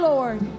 Lord